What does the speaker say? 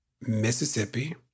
Mississippi